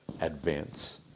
advance